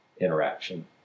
interaction